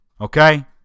okay